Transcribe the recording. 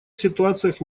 ситуациях